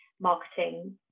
marketing